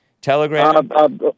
Telegram